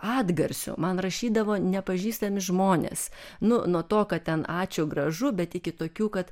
atgarsių man rašydavo nepažįstami žmonės nu nuo to ką ten ačiū gražu bet iki tokių kad